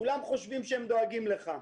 כולם חושבים שהם דואגים לך,